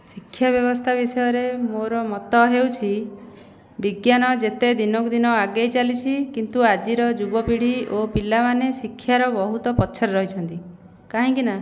ଶିକ୍ଷାବ୍ୟବସ୍ଥା ବିଷୟରେ ମୋର ମତ ହେଉଛି ବିଜ୍ଞାନ ଯେତେ ଦିନକୁ ଦିନ ଆଗେଇ ଚାଲିଛି କିନ୍ତୁ ଆଜିର ଯୁବପିଢ଼ି ଓ ପିଲାମାନେ ଶିକ୍ଷାର ବହୁତ ପଛରେ ରହିଛନ୍ତି କାହିଁକି ନା